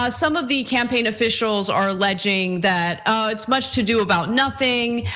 ah some of the campaign officials are alleging that it's much to do about nothing.